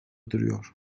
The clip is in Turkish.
duruyor